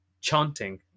chanting